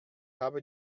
habe